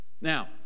Now